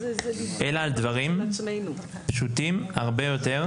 אלא על דברים פשוטים הרבה יותר,